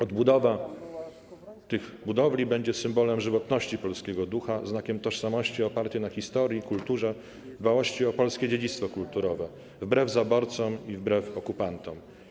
Odbudowa tych budowli będzie symbolem żywotności polskiego ducha, znakiem tożsamości opartej na historii, kulturze, dbałości o polskie dziedzictwo kulturowe, wbrew zaborcom i wbrew okupantom.